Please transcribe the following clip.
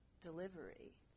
delivery